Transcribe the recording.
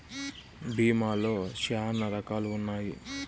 భీమా లో శ్యానా రకాలు ఉన్నాయి